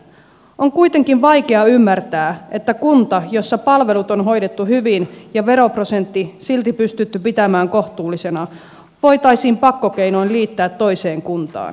on kuitenkin vaikea ymmärtää että kunta jossa palvelut on hoidettu hyvin ja veroprosentti silti pystytty pitämään kohtuullisena voitaisiin pakkokeinoin liittää toiseen kuntaan